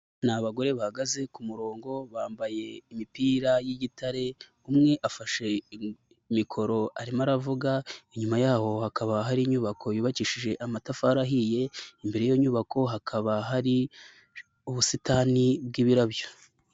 Ni abagore bahagaze ku murongo, bambaye imipira y'igitare. Umwe afashe mikoro arimo aravuga. Inyuma yaho hakaba hari inyubako yubakishije amatafari ahiye. Imbere y'inyubako hakaba hari ubusitani bw'ibirabyo.